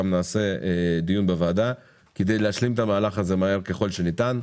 נעשה דיון בוועדה כדי להשלים את המהלך הזה מהר ככל שניתן.